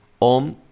on